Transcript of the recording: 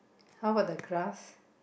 how got the grass